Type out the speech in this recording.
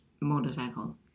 motorcycle